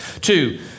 Two